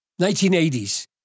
1980s